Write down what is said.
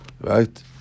Right